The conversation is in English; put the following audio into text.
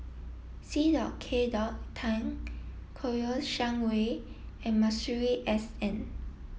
C K Tang Kouo Shang Wei and Masuri S N